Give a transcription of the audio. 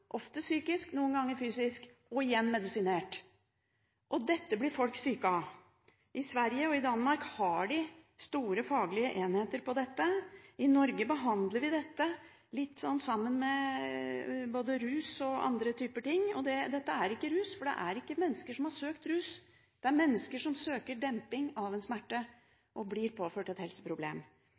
ofte psykisk, noen ganger fysisk, og man blir igjen medisinert. Dette blir folk syke av. I Sverige og i Danmark har en store faglige enheter på dette, i Norge behandler vi dette sammen med både rus og annet. Dette er ikke rus. Det er ikke mennesker som har søkt rus, det er mennesker som søker demping av en smerte, og som blir påført et helseproblem.